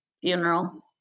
funeral